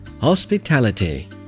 hospitality